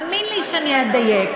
ותאמין לי שאני אדייק,